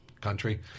country